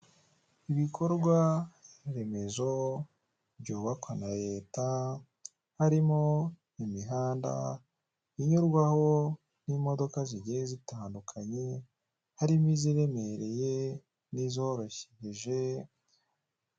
Uburyo bukoreshwa mu kwamamaza ikigo cy'ubwishingizi naho kika gisohora ikarita iriho aho wagisanga ugikeneye.